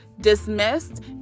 dismissed